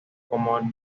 como